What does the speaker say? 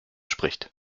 spricht